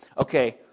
okay